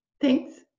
thanks